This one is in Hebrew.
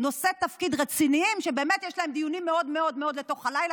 נושאי תפקיד רציניים שיש להם דיונים מאוד מאוד מאוד לתוך הלילה,